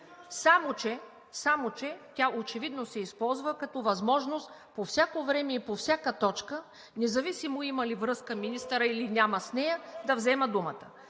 само че тя очевидно се използва като възможност по всяко време и по всяка точка, независимо има ли връзка министърът, или няма с нея, да взема думата.